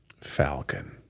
falcon